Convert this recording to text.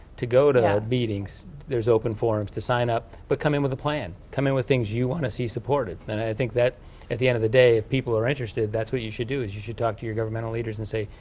to go to meetings, there's open forums to sign-up. but come in with a plan. come in with things you want to see supported. and i think that at the end of the day if people are interested that's what you should do. is you should talk to your governmental leaders and say,